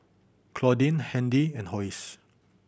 Claudine Handy and Hosie